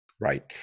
Right